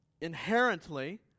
inherently